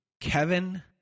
Kevin